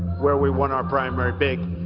where we won our primary big.